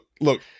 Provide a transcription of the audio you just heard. look